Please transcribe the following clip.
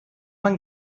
man